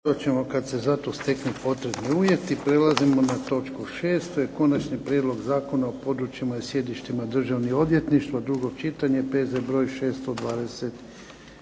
ćemo kad se za to steknu potrebni uvjeti. **Šeks, Vladimir (HDZ)** Sedmo, Konačni prijedlog Zakona o područjima i sjedištima državnih odvjetništava, drugo čitanje. Amandman je